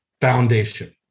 foundation